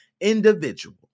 individual